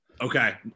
Okay